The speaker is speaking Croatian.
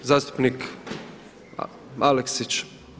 Zastupnik Aleksić.